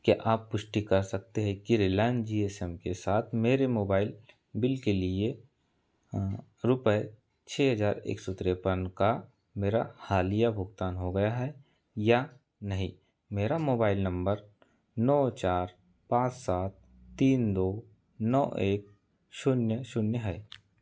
क्या आप पुष्टि कर सकते हैं कि रिलायंस जी एस एम के साथ मेरे मोबाइल बिल के लिए रुपये छः हजार तिरपन का मेरा हालिया भुगतान हो गया है या नहीं मेरा मोबाइल नंबर नौ चार पाँच सात तीन दो नौ एक शून्य शून्य है